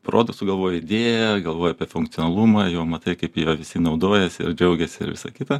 protas sugalvoja idėją galvoji apie funkcionalumą jau matai kaip juo visi naudojasi ir džiaugiasi ir visa kita